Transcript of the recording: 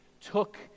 took